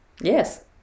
yes